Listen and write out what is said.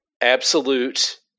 absolute